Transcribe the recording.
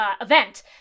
event